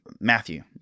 Matthew